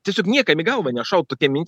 tiesiog niekam į galvą nešautų tokia mintis